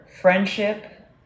friendship